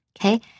okay